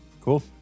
Cool